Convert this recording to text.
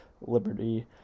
Liberty